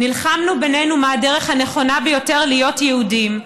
נלחמנו בינינו מה הדרך הנכונה ביותר להיות יהודים.